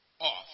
off